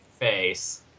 face